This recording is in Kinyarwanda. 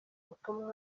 butumwa